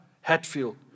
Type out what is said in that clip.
Hatfield